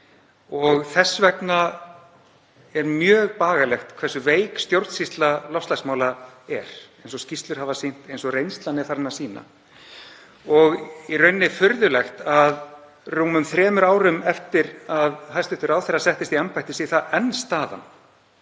og þess vegna er mjög bagalegt hversu veik stjórnsýsla loftslagsmála er, eins og skýrslur hafa sýnt, eins og reynslan er farin að sýna. Það er í rauninni furðulegt að rúmum þremur árum eftir að hæstv. ráðherra settist í embætti sé það enn staðan.